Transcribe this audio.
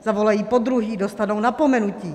Zavolají podruhé, dostanou napomenutí.